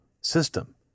system